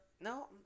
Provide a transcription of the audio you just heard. No